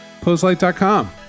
postlight.com